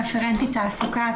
רפרנטית תעסוקה.